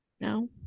no